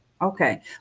okay